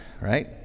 right